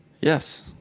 Yes